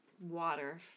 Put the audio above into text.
Water